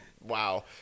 Wow